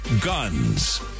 guns